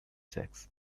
sex